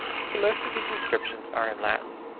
so most of these inscriptions are in latin.